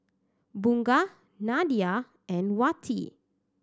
Bunga Nadia and Wati